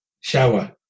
shower